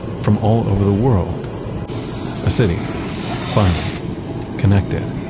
from all over the world a city finally connected